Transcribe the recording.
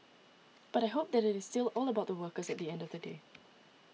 but I hope that it is still all about the workers at the end of the day